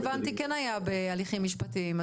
הבנתי שזה כבר היה בהליכים משפטיים.